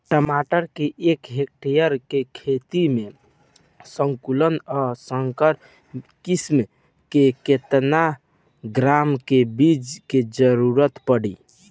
टमाटर के एक हेक्टेयर के खेती में संकुल आ संकर किश्म के केतना ग्राम के बीज के जरूरत पड़ी?